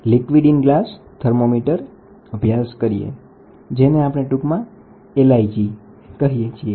liquid in glass thermometer આપણો હવે પછીનો પ્રકાર છે જેને આપણે ટૂંકમાં LIG કહીએ છીએ